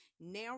now